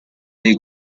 dei